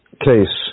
case